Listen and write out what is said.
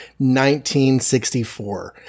1964